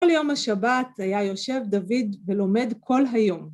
כל יום השבת היה יושב דוד ולומד כל היום.